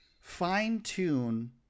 fine-tune